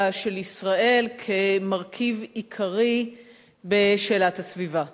של ישראל כמרכיב עיקרי בשאלת הסביבה.